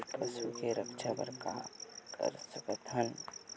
पशु के रक्षा बर का कर सकत हन?